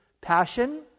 passion